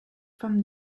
from